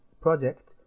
project